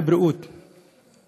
וכבוד השר לביטחון הפנים,